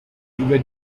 über